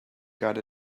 got